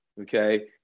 okay